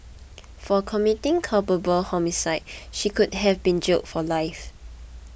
for committing culpable homicide she could have been jailed for life